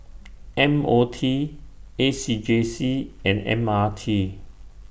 M O T A C J C and M R T